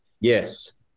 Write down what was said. Yes